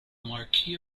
marquee